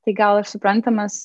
tai gal ir suprantamas